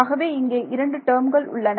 ஆகவே இங்கே இரண்டு டேர்ம்கள் உள்ளன